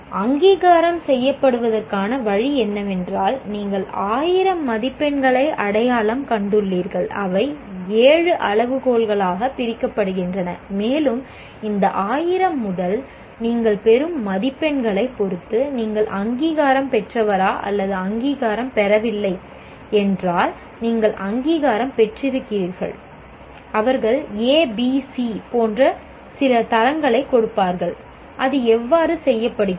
அங்கீகாரம் செய்யப்படுவதற்கான வழி என்னவென்றால் நீங்கள் 1000 மதிப்பெண்களை அடையாளம் கண்டுள்ளீர்கள் அவை 7 அளவுகோல்களாகப் பிரிக்கப்படுகின்றன மேலும் இந்த 1000 முதல் நீங்கள் பெறும் மதிப்பெண்களைப் பொறுத்து நீங்கள் அங்கீகாரம் பெற்றவரா அல்லது அங்கீகாரம் பெறவில்லை என்றால் நீங்கள் அங்கீகாரம் பெற்றிருக்கிறீர்கள் அவர்கள் ஏபிசி போன்ற சில தரங்களைக் கொடுப்பார்கள் அது எவ்வாறு செய்யப்படுகிறது